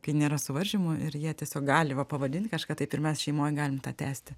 kai nėra suvaržymų ir jie tiesiog gali va pavadint kažką taip ir mes šeimoj galim tą tęsti